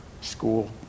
school